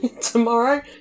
tomorrow